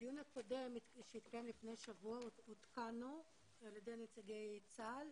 בדיון הקודם שהתקיים לפני שבוע עודכנו על ידי נציגי צה"ל,